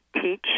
TEACH